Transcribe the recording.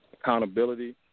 accountability